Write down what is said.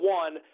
one